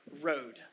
road